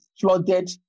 flooded